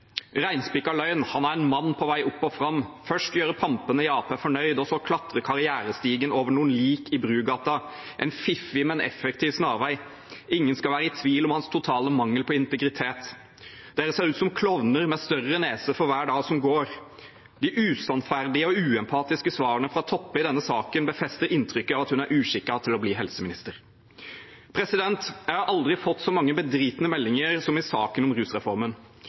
løgn, han er en mann på vei opp og fram. Først gjøre pampene i Ap fornøyd, og så klatre karrierestigen over noen lik i Brugata, en fiffig, men effektiv snarvei. Ingen skal være i tvil om hans totale mangel på integritet. – Dere ser ut som klovner med større nese for hver dag som går. – De usannferdige og uempatiske svarene fra Toppe i denne saken befester inntrykket av at hun er uskikket til å bli helseminister. Jeg har aldri fått så mange bedritne meldinger som i saken om rusreformen.